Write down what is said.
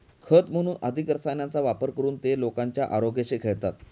खत म्हणून अधिक रसायनांचा वापर करून ते लोकांच्या आरोग्याशी खेळतात